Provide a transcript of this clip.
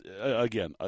again